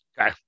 Okay